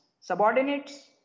subordinates